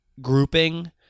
grouping